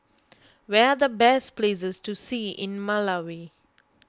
where are the best places to see in Malawi